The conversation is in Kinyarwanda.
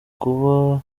kuba